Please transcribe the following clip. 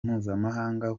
mpuzamahanga